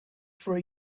for